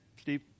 Steve